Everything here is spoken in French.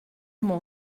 mon